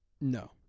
No